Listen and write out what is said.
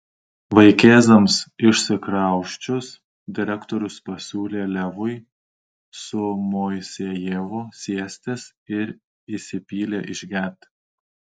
vaikėzams išsikrausčius direktorius pasiūlė levui su moisejevu sėstis ir įsipylė išgerti